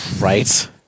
Right